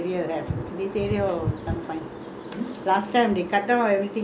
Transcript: last time they cut down or everything already what last time got rubber tree also right